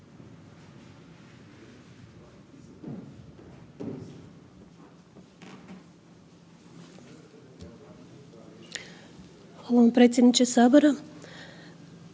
Hvala vam predsjedniče Sabora.